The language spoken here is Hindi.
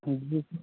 हम्म हम्म